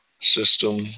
system